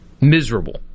miserable